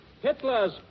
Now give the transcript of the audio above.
Hitler's